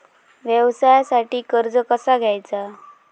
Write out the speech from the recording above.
व्यवसायासाठी कर्ज कसा घ्यायचा?